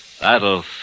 That'll